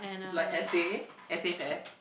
like essay essay test